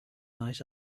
night